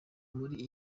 muri